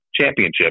championship